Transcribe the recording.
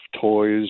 toys